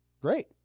great